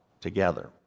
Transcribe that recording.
together